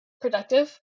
productive